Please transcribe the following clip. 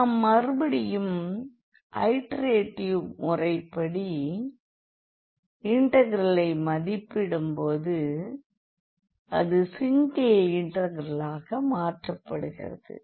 நாம் மறுபடியும் ஐடெரேட்டிவ் முறைப்படி இன்டெகிரலை மதிப்பிடும் போது அது சிங்கிள் இன்டெகிரலாக மாற்றப்படுகிறது